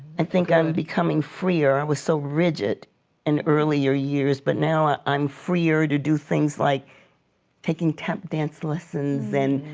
and think i'm becoming freer. i was so rigid in earlier years but now ah i'm freer to do things like taking tap dance lessons and